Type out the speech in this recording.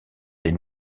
des